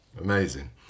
Amazing